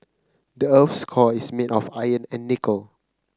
the earth's core is made of iron and nickel